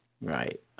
Right